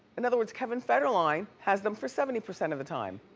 in other words kevin federline has them for seventy percent of the time.